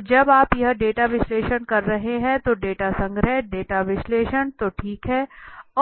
तो जब आप यह डेटा विश्लेषण कर रहे हैं तो डेटा संग्रह डेटा विश्लेषण तो ठीक है